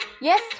Yes